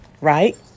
right